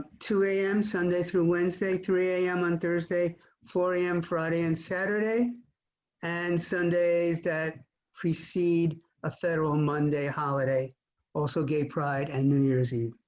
two am sunday through wednesday three am on thursday for am friday and saturday and sunday is that precede a federal monday holiday also gay pride and new year's eve.